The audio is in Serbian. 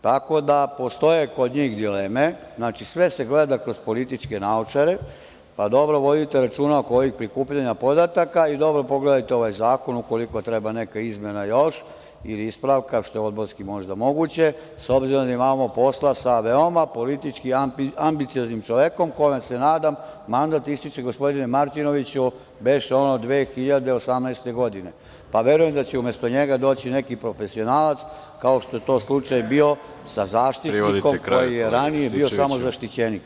Tako da, postoje kod njih dileme, znači, sve se gleda kroz političke naočare, pa dobro vodite računa oko ovih prikupljanja podataka i dobro pogledajte ovaj zakon ukoliko treba neka izmena još, ili ispravka, što je odborski, možda, moguće, s obzirom da imamo posla sa veoma politički ambicioznim čovekom, kome se nadam mandat ističe, gospodine Martinoviću, beše 2018. godine, pa verujem da će umesto njega doći neki profesionalac, kao što je to slučaj bio sa zaštitnikom koji je ranije bio samo zaštićenik.